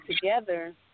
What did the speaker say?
together